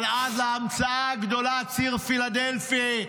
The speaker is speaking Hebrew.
אבל אז ההמצאה הגדולה: ציר פילדלפי,